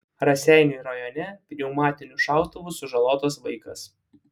raseinių rajone pneumatiniu šautuvu sužalotas vaikas